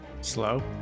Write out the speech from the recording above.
slow